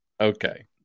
Okay